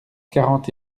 quarante